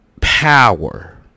power